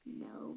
no